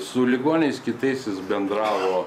su ligoniais kitais jis bendravo